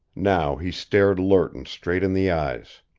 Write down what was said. now he stared lerton straight in the eyes.